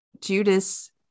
Judas